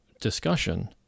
discussion